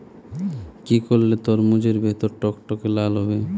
কি করলে তরমুজ এর ভেতর টকটকে লাল হবে?